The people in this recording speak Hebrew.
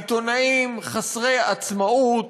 העיתונאים חסרי עצמאות,